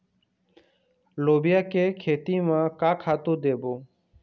लोबिया के खेती म का खातू देबो?